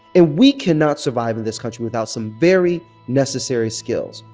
and we cannot survive in this country without some very necessary skills,